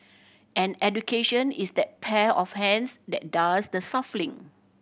and education is that pair of hands that does the shuffling